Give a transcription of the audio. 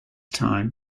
time